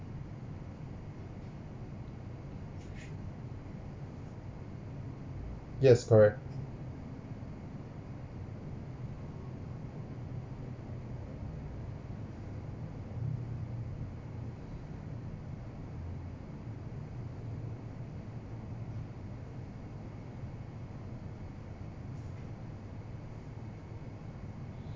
yes correct